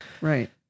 right